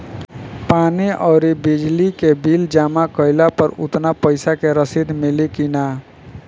पानी आउरबिजली के बिल जमा कईला पर उतना पईसा के रसिद मिली की न?